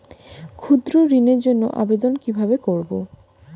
ক্ষুদ্র ঋণের জন্য আবেদন কিভাবে করব?